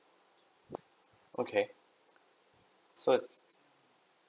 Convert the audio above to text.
okay so is